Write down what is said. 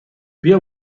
بیا